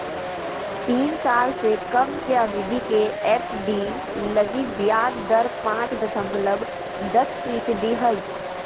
तीन साल से कम के अवधि के एफ.डी लगी ब्याज दर पांच दशमलब दस फीसदी हइ